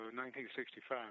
1965